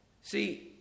See